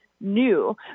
new